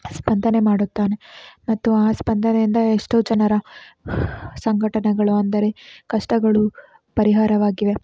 ಸ್ಪಂದನೆ ಮಾಡುತ್ತಾನೆ ಮತ್ತು ಆ ಸ್ಪಂದನೆಯಿಂದ ಎಷ್ಟೋ ಜನರ ಸಂಘಟನೆಗಳು ಅಂದರೆ ಕಷ್ಟಗಳು ಪರಿಹಾರವಾಗಿವೆ